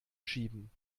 schieben